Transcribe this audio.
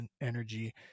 energy